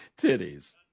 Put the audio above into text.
Titties